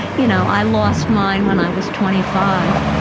you know i lost mine when i was twenty five.